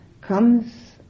comes